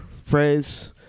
phrase